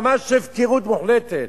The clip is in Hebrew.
ממש הפקרות מוחלטת.